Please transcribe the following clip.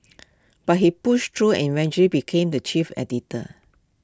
but he pushed through and eventually became the chief editor